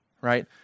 right